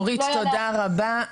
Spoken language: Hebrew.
אורית, תודה רבה.